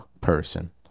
person